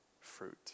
fruit